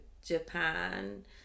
Japan